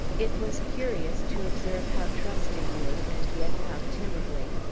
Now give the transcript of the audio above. it was curious to observe how trustingly, and yet how timidly,